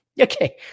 Okay